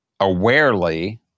awarely